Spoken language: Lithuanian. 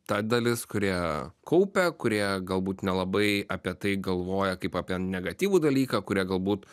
ta dalis kurie kaupia kurie galbūt nelabai apie tai galvoja kaip apie negatyvų dalyką kurie galbūt